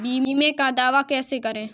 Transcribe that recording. बीमे का दावा कैसे करें?